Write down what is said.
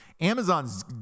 Amazon's